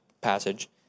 passage